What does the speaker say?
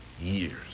years